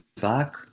back